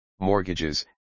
mortgages